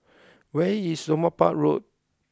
where is Somapah Road